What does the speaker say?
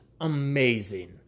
amazing